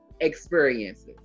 experiences